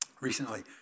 recently